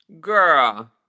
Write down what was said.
Girl